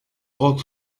rock